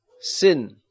sin